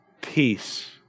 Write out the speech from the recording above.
peace